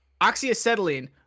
oxyacetylene